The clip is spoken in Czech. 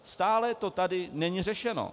Stále to tady není řešeno.